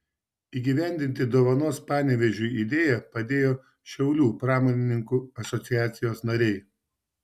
įgyvendinti dovanos panevėžiui idėją padėjo šiaulių pramonininkų asociacijos nariai